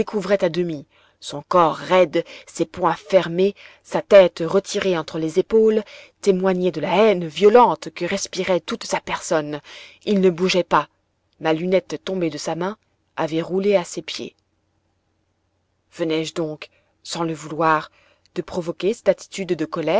à demi son corps raide ses poings fermés sa tête retirée entre les épaules témoignaient de la haine violente que respirait toute sa personne il ne bougeait pas ma lunette tombée de sa main avait roulé à ses pieds venais je donc sans le vouloir de provoquer cette attitude de